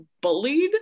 bullied